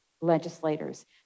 legislators